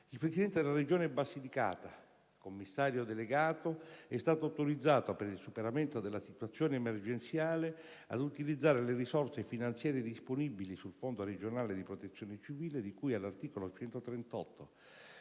il Presidente della Regione Basilicata, commissario delegato, è stato autorizzato, per il superamento della situazione emergenziale, ad utilizzare le risorse finanziarie disponibili sul fondo regionale di protezione civile di cui all'articolo 138,